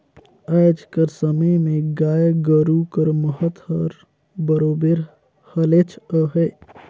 आएज कर समे में गाय गरू कर महत हर बरोबेर हलेच अहे